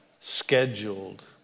scheduled